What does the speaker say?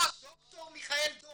--- ד"ר מיכאל דור